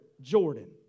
Jordan